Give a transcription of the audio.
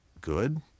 good